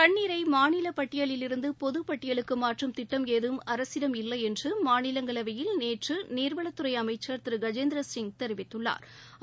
தண்ணீரை மாநில பட்டியலிலிருந்து பொது பட்டியலுக்கு மாற்றும் திட்டம் ஏதும் அரசு இல்லை என்று மாநிலங்களவையில் நேற்று ஜல் சக்தி துறை அமைச்சர் திரு கஜேந்திர சிங் தெரிவித்தாா்